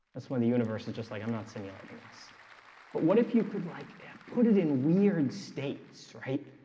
that's when the universe is just like i'm not simulating this but what if you could like put it in weird and states, right?